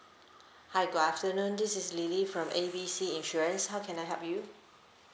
hi good afternoon this is lily from A B C insurance how can I help you